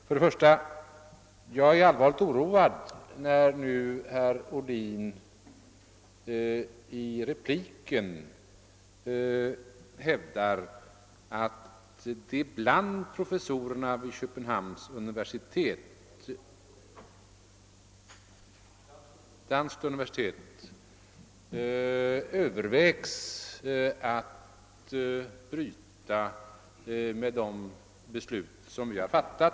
För det första är jag allvarligt oroad när nu herr Ohlin i repliken hävdar att man bland professorerna vid Köpenhamns universitet övervägt att bryta mot de beslut som vi har fattat.